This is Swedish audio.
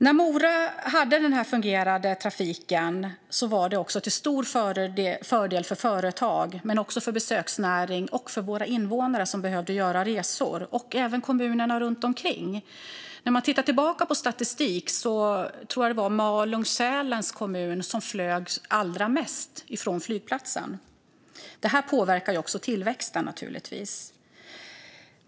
När Mora hade denna fungerande trafik var det också till stor fördel för företag, för besöksnäringen och för våra invånare, som behövde göra resor, liksom för kommunerna runt omkring. Om man tittar på statistik kan man se att det var Malung-Sälens kommun som flög allra mest från flygplatsen. Detta påverkar också tillväxten, naturligtvis.